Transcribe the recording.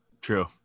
True